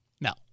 No